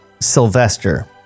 Sylvester